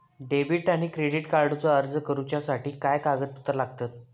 Debit आणि credit कार्डचो अर्ज करुच्यासाठी काय कागदपत्र लागतत?